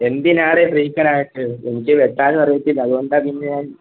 എന്തിനാടെ ഫ്രീക്കാനാക്കുന്നെ എനിക്ക് വെട്ടാനും അറിയത്തില്ല അത് കൊണ്ടാണ് പിന്നെ ഞാൻ